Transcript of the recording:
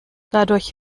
dadurch